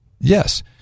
Yes